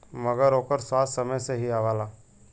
मगर ओकर स्वाद समय से ही आवला